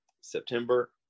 september